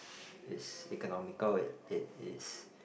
is economical it is